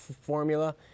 formula